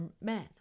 men